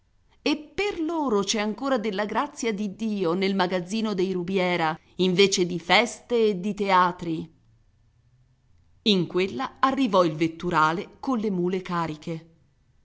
e per loro c'è ancora della grazia di dio nel magazzino dei rubiera invece di feste e di teatri in quella arrivò il vetturale colle mule cariche